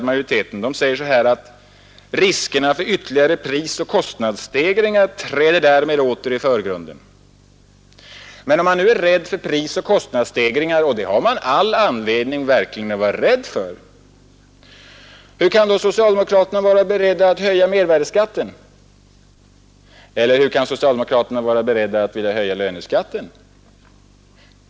Majoriteten säger vidare att ”riskerna för ytterligare prisoch kostnadsstegringar träder därmed åter i förgrunden”. Men om man är rädd för prisoch kostnadsstegringar — och det bör man verkligen vara — hur kan socialdemokraterna då vara beredda att höja mervärdeskatten? Hur kan man vilja höja löneskatten?